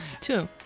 Two